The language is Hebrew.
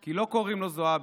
כי לא קוראים לו זועבי,